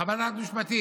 חוות דעת משפטית.